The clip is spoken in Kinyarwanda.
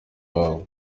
iwabo